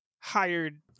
hired